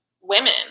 women